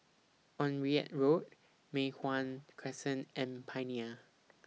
Onraet Road Mei Hwan Crescent and Pioneer